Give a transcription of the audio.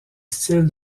style